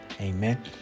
Amen